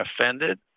offended